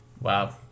Wow